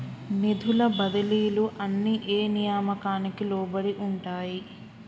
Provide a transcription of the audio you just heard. నిధుల బదిలీలు అన్ని ఏ నియామకానికి లోబడి ఉంటాయి?